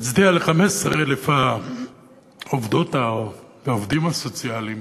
להצדיע ל-15,000 העובדות והעובדים הסוציאליים